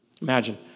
Imagine